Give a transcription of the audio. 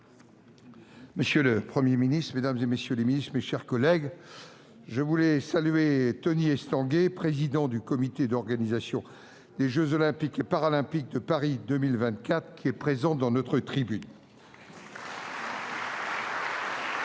Monsieur le Premier ministre, mesdames, messieurs les ministres, mes chers collègues, je salue M. Tony Estanguet, président du Comité d'organisation des jeux Olympiques et Paralympiques de Paris 2024, présent en tribune. Le